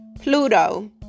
Pluto